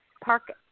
Park